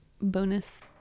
bonus